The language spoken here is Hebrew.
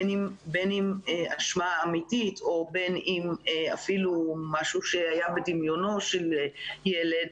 בין אם אשמה אמיתית או בין אם אפילו משהו שהיה בדמיונו של ילד,